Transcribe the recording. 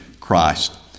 Christ